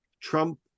Trump